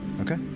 Okay